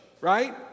right